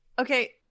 Okay